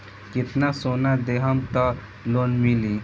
कितना सोना देहम त लोन मिली?